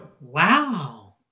Wow